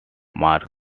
mark